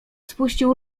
spuścił